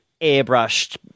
airbrushed